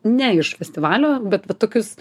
ne iš festivalio bet va tokius